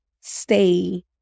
stay